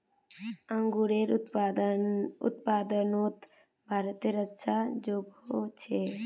अन्गूरेर उत्पादनोत भारतेर अच्छा जोगोह छे